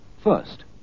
First